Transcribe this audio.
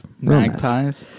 Magpies